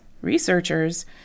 researchers